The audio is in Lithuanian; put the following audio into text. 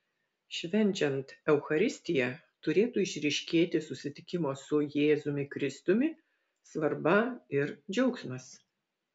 švenčiant eucharistiją turėtų išryškėti susitikimo su jėzumi kristumi svarba ir džiaugsmas